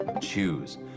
choose